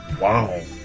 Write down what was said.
Wow